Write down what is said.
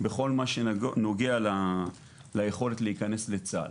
בכל מה שנוגע ליכולת להיכנס לצה"ל.